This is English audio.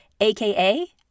aka